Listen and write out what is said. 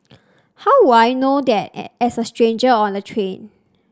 how would I know that as a stranger on the train